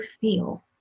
feel